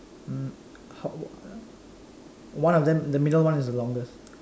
mm how one of them the middle one is the longest